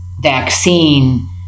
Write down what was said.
vaccine